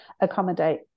accommodate